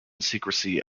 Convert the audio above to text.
secrecy